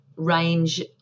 range